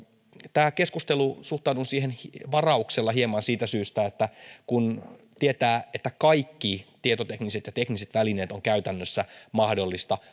tähän keskusteluun suhtaudun hieman varauksella siitä syystä että kun tietää että kaikki tietotekniset ja tekniset välineet on käytännössä mahdollista